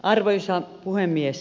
arvoisa puhemies